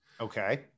Okay